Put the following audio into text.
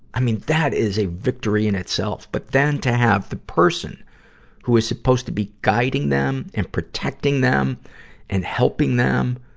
i mean, that is a victory in itself. but then, to have the person who is supposed to be guiding them and protecting them and helping them,